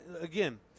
again